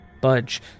budge